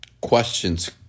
Questions